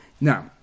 Now